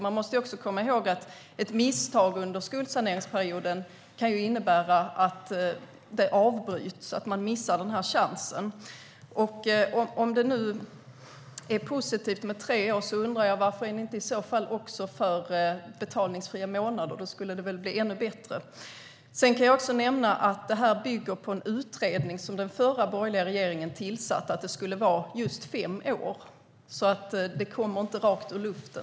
Man måste komma ihåg att ett misstag under skuldsaneringsperioden kan innebära att skuldsaneringen avbryts och att man missar sin chans. Om det är positivt med tre år, varför är ni i så fall inte också för betalningsfria månader? Då skulle det väl bli ännu bättre. Att det ska vara just fem år bygger på en utredning som den förra borgerliga regeringen tillsatte, så det är inte taget ur luften.